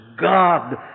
God